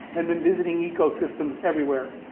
and been visiting ecosystems everywhere,